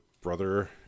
brother